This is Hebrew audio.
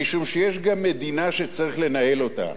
משום שיש גם מדינה שצריך לנהל אותה.